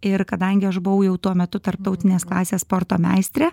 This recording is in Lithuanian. ir kadangi aš buvau jau tuo metu tarptautinės klasės sporto meistrė